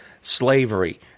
Slavery